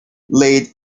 lady